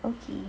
okay